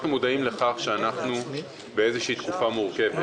אנחנו מודעים לכך שאנחנו בתקופה מורכבת.